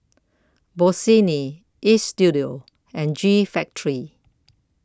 Bossini Istudio and G Factory